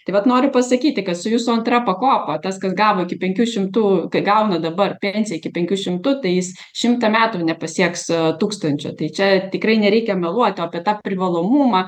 tai vat noriu pasakyti kad su jūsų antra pakopa tas kas gavo iki penkių šimtų kai gauna dabar pensiją iki penkių šimtų tai jis šimtą metų nepasieks tūkstančio tai čia tikrai nereikia meluoti o apie tą privalomumą